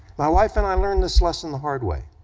my wife and i learned this lesson the hard way.